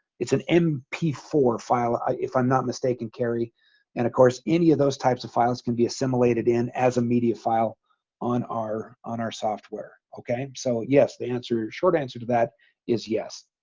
an m p four file if i'm not mistaken carry and of course any of those types of files can be assimilated in as a media file on our on our software, okay so yes, the answer short answer to that is yes